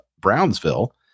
Brownsville